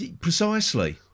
Precisely